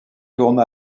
tourne